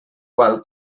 qual